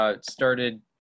started